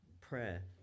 prayer